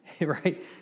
Right